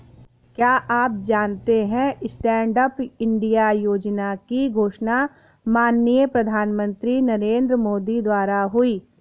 क्या आप जानते है स्टैंडअप इंडिया योजना की घोषणा माननीय प्रधानमंत्री नरेंद्र मोदी द्वारा हुई?